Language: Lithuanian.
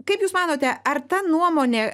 kaip jūs manote ar ta nuomonė